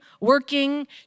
working